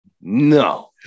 No